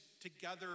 together